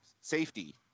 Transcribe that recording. safety